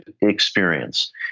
experience